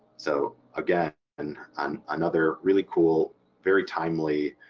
so again, and um another really cool very timely